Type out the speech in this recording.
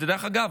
דרך אגב,